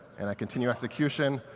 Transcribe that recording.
and i continue execution.